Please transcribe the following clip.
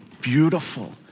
beautiful